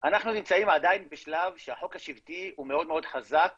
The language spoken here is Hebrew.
אנחנו נמצאים עדיין בשלב שהחוק השבטי הוא מאוד מאוד חזק